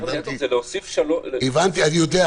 והבנתי --- זה להוסיף --- אני יודע.